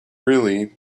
really